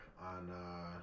on